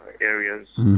areas